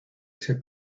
ese